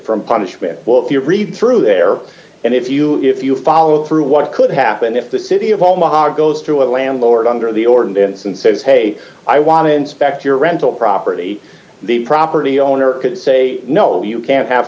from punishment well if you read through there and if you if you follow d through what could happen if the city of all ma goes to a landlord d under the ordinance and says hey i want to inspect your rental property the property owner could say no you can't have